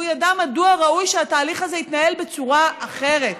והוא ידע מדוע ראוי שהתהליך הזה יתנהל בצורה אחרת.